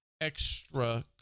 extra